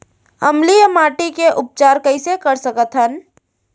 अम्लीय माटी के उपचार कइसे कर सकत हन?